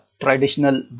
traditional